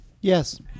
Yes